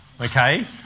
okay